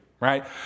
right